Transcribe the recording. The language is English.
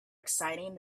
exciting